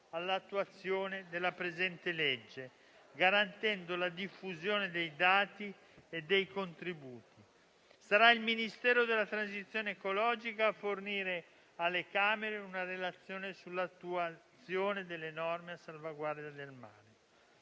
all'attuazione della presente legge, garantendo la diffusione dei dati e dei contributi. Sarà il Ministero della transizione ecologica a fornire alle Camere una relazione sull'attuazione delle norme a salvaguardia del mare.